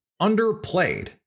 underplayed